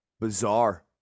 Bizarre